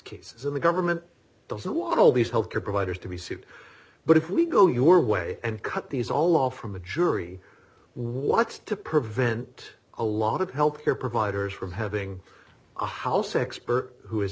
cases and the government doesn't want all these health care providers to be sued but if we go your way and cut these all off from a jury what's to prevent a lot of health care providers from having a house expert who is